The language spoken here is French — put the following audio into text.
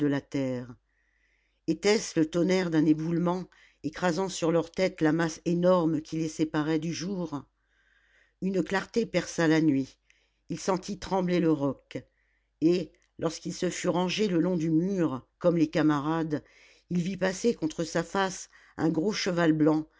la terre était-ce le tonnerre d'un éboulement écrasant sur leurs têtes la masse énorme qui les séparait du jour une clarté perça la nuit il sentit trembler le roc et lorsqu'il se fut rangé le long du mur comme les camarades il vit passer contre sa face un gros cheval blanc